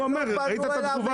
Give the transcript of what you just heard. הוא אומר ראית את התגובה.